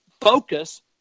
focus